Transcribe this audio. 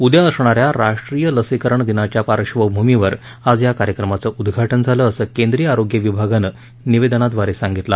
उदया असणाऱ्या राष्ट्रीय लसीकरण दिनाच्या पार्श्वभूमीवर आज या कार्यक्रमाचं उद्घाटन झालं असं केंद्रीय आरोग्य विभागानं निवेदनाद्वारे सांगितलं